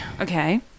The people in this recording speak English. Okay